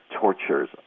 tortures